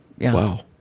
Wow